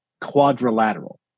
Quadrilateral